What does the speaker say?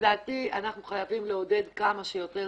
לדעתי אנחנו חייבים לעודד כמה שיותר